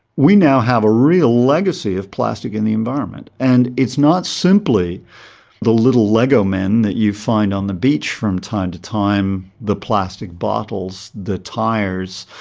we now have a real legacy of plastic in the environment. and it's not simply the little lego men that you find on the beach from time to time, the plastic bottles, the tyres,